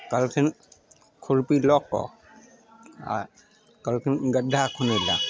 कहलखिन खुरपी लअ कऽ आओर कहलखिन गड्ढा खुनय लअ